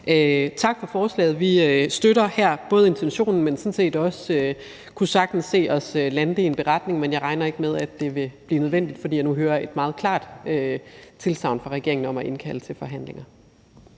tak for forslaget. Vi støtter intentionen, men kunne sådan set også sagtens se, at vi kunne lande det i en beretning, men jeg regner ikke med, at det vil blive nødvendigt, fordi jeg nu hører et meget klart tilsagn fra regeringen om at indkalde til forhandlinger.